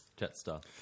Jetstar